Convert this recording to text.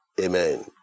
Amen